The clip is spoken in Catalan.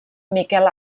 miquel